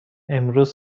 امروز